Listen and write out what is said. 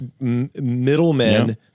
middlemen